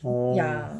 oh